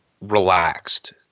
relaxed